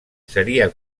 seria